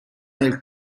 nel